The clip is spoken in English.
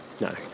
No